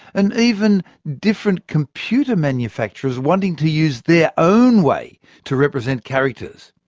and even different computer manufacturers wanting to use their own way to represent characters.